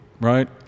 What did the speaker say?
right